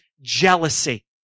jealousy